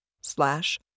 Slash